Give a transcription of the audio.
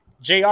JR